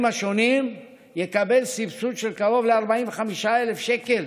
השונים יקבל סבסוד של קרוב ל-45,000 שקל